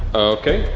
okay.